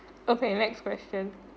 okay next question